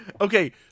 Okay